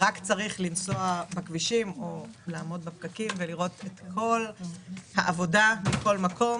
צריך לנסוע בכבישים או לעמוד בפקקים כדי לראות את כל העבודה בכל מקום.